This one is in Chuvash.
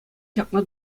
ҫакна